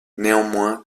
néanmoins